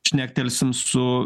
šnektelsim su